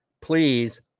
Please